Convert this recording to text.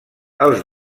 els